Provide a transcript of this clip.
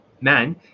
man